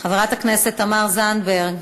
חברת הכנסת תמר זנדברג,